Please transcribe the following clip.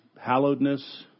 hallowedness